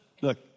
Look